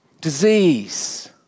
disease